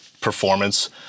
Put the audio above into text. performance